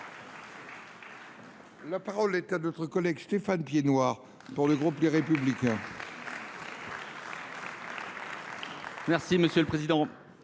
La parole est à M. Stéphane Piednoir, pour le groupe Les Républicains.